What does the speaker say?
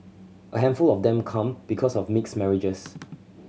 a handful of them come because of mixed marriages